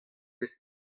vez